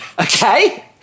okay